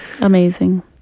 Amazing